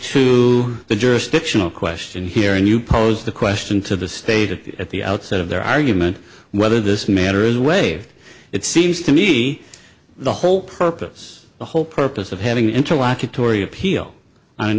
to the jurisdictional question here and you pose the question to the state of at the outset of their argument whether this matter is waived it seems to me the whole purpose the whole purpose of having an interlocutory appeal on an